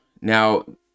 Now